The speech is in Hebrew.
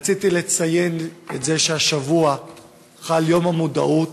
רציתי לציין שהשבוע חל יום המודעות